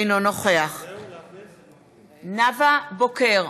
אינו נוכח נאוה בוקר,